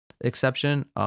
exception